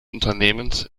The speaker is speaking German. unternehmens